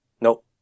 nope